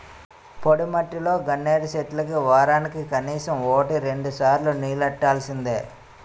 పొడిమట్టిలో గన్నేరు చెట్లకి వోరానికి కనీసం వోటి రెండుసార్లు నీల్లెట్టాల్సిందే